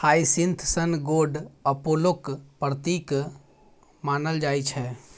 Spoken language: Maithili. हाइसिंथ सन गोड अपोलोक प्रतीक मानल जाइ छै